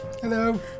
Hello